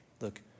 look